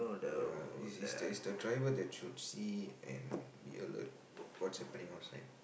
ya is is the is the driver that should see and be alert what is happening outside